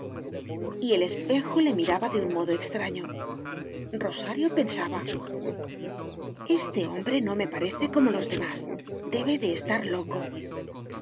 y el espejo le miraba de un modo extraño rosario pensaba este hombre no me parece como los demás debe de estar loco